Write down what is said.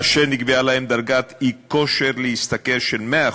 אשר נקבעה להם דרגת אי-כושר להשתכר של 100%,